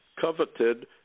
coveted